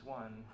one